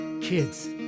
Kids